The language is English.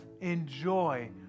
enjoy